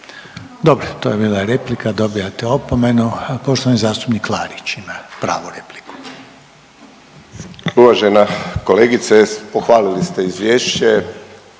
Dobro, to je bila replika, dobijate opomenu. Poštovani zastupnik Klarić ima pravu repliku. **Klarić, Tomislav (HDZ)** Uvažena kolegice, pohvalili ste izvješće,